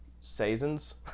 seasons